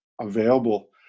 available